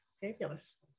fabulous